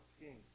king